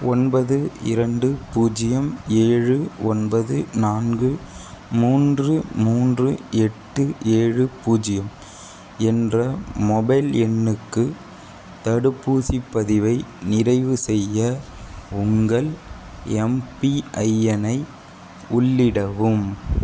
ஒன்பது இரண்டு பூஜியம் ஏழு ஒன்பது நான்கு மூன்று மூன்று எட்டு ஏழு பூஜியம் என்ற மொபைல் எண்ணுக்கு தடுப்பூசி பதிவை நிறைவுசெய்ய உங்கள் எம்பிஐ எண்ணை உள்ளிடவும்